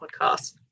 podcast